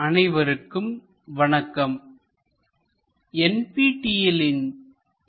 orthographic projection I பகுதி 7 அனைவருக்கும் வணக்கம்